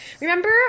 Remember